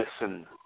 listen